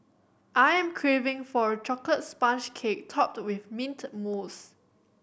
I am craving for a chocolate sponge cake topped with mint mousse